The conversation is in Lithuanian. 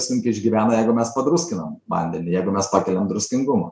sunkiai išgyvena jeigu mes padruskinam vandenį jeigu mes pakeliam druskingumą